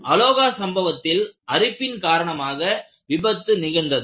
Aloha சம்பவத்தில் அரிப்பின் காரணமாக விபத்து நிகழ்ந்தது